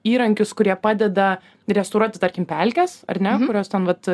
įrankius kurie padeda restauruoti tarkim pelkes ar ne kurios ten vat